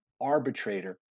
arbitrator